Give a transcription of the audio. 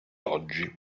oggi